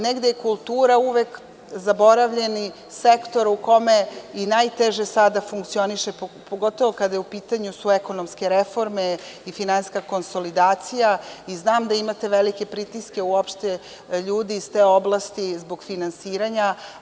Negde je kultura uvek zaboravljeni sektor u kome i najteže sada funkcioniše pogotovo kada su u pitanju ekonomske reforme i finansijska konsolidacija i znam da imate velike pritiske, uopšte ljudi iz te oblasti zbog finansiranja.